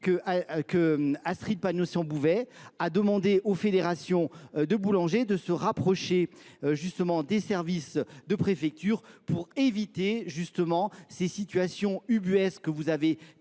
qu'Astrid Pagno-Sanbouvet a demandé aux fédérations de boulanger de se rapprocher des services de préfecture pour éviter ces situations UBS que vous avez